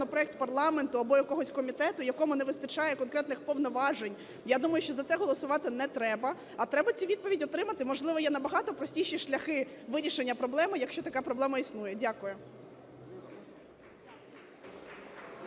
законопроект парламенту або якогось комітету, якому не вистачає конкретних повноважень, я думаю, що за це голосувати не треба, а треба цю відповідь отримати, можливо, є набагато простіші шляхи вирішення проблеми, якщо така проблема існує. Дякую.